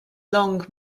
long